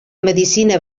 medicina